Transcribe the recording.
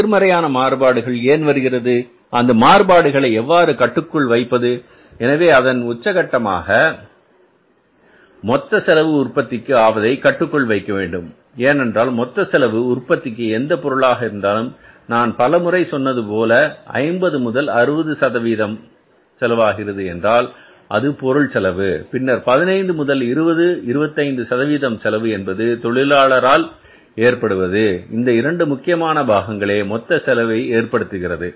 எதிர்மறையான மாறுபாடுகள் ஏன் வருகிறது அந்த மாறுபாடுகளை எவ்வாறு கட்டுக்குள் வைப்பது எனவே அதன் உச்சபட்சமாக மொத்த செலவு உற்பத்திக்கு ஆவதை கட்டுக்குள் வைக்க முடியும் ஏனென்றால் மொத்த செலவு உற்பத்திக்கு எந்த பொருளாக இருந்தாலும் நான் பலமுறை சொன்னது போல 50 முதல் 60 செலவாகிறது என்றால் அது பொருள் செலவு பின்னர் 15 முதல் 20 25 சதவீதம் செலவு என்பது தொழிலாளர் ஆல் ஏற்படுவது இந்த இரண்டு முக்கியமான பாகங்களே மொத்த செலவை ஏற்படுத்துகிறது